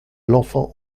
l’enfant